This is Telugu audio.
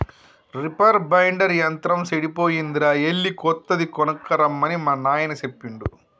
రిపర్ బైండర్ యంత్రం సెడిపోయిందిరా ఎళ్ళి కొత్తది కొనక్కరమ్మని మా నాయిన సెప్పిండు